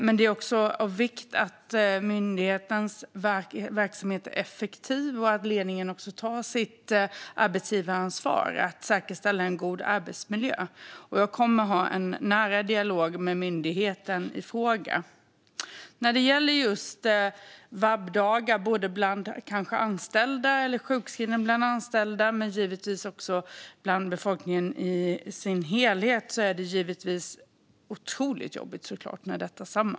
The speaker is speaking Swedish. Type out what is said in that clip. Men det är också av vikt att myndighetens verksamhet är effektiv och att ledningen tar sitt arbetsgivaransvar att säkerställa en god arbetsmiljö. Jag kommer att ha en nära dialog med myndigheten i fråga. När ett stort antal anställda vabbar eller är sjukskrivna och det sammanfaller med att sjukskrivningarna bland befolkningen i sin helhet ökar är det givetvis otroligt jobbigt.